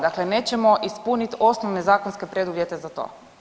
Dakle, nećemo ispuniti osnovne zakonske preduvjete za to.